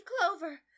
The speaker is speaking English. clover